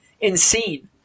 insane